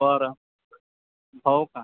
बरं हो का